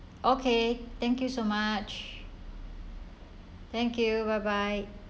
okay thank you so much thank you bye bye